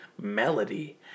melody